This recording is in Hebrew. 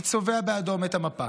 אני צובע באדום את המפה.